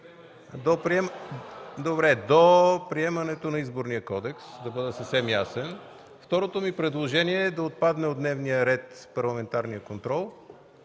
До приемането на Изборния кодекс – да бъда съвсем ясен. Второто ми предложение е да отпадне от дневния ред парламентарният контрол.